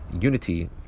unity